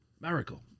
Miracle